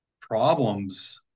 problems